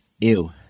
Ew